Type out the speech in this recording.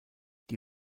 die